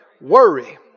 Worry